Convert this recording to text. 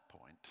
point